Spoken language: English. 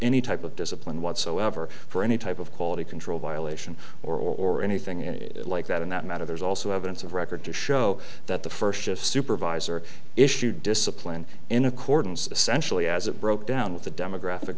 any type of discipline whatsoever for any type of quality control violation or anything in like that in that matter there is also evidence of record to show that the first shift supervisor issued discipline in accordance sensually as it broke down with the demographic